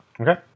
Okay